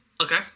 Okay